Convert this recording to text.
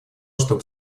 чтобы